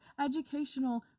educational